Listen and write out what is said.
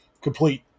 complete